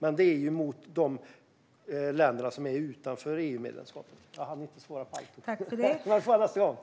Men det handlar om de länder som är utanför EU-medlemskapet. Jag hinner inte svara på allting. Jag får göra det i nästa replik.